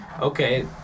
Okay